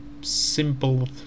simple